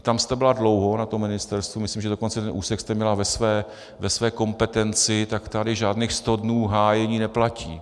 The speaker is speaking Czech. Tam jste byla dlouho, na tom ministerstvu, myslím, že dokonce ten úsek jste měla ve své kompetenci, tak tady žádných sto dnů hájení neplatí.